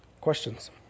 Questions